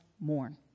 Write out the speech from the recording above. mourn